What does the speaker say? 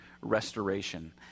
restoration